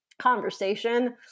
conversation